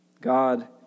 God